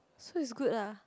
so is good lah